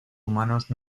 humanos